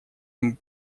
ему